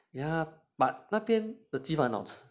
yeah but 那边的鸡饭很好吃